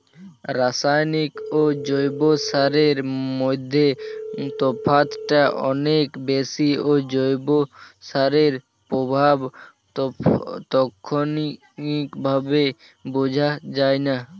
রাসায়নিক ও জৈব সারের মধ্যে তফাৎটা অনেক বেশি ও জৈব সারের প্রভাব তাৎক্ষণিকভাবে বোঝা যায়না